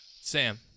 Sam